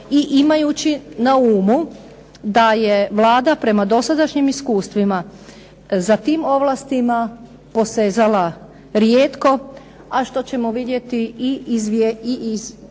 imajući na umu da je Vlada prema dosadašnjim iskustvima za tim ovlastima posezala rijetko, a što ćemo vidjeti i iz izvješća